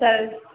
சரி